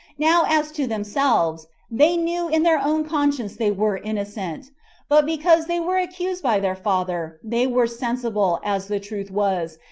now as to themselves, they knew in their own conscience they were innocent but because they were accused by their father, they were sensible, as the truth was,